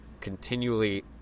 continually